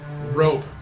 rope